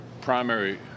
primary